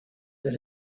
that